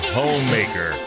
homemaker